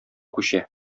күчә